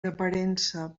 aparença